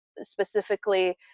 specifically